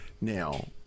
Now